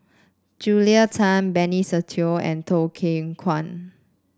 Julia Tan Benny Se Teo and Choo Keng Kwang